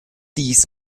dies